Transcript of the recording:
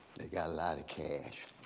they got a lot of cash.